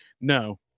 No